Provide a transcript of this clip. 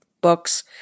books